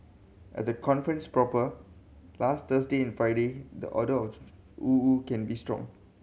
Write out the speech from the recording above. at the conference proper last Thursday and Friday the odour of woo woo can be strong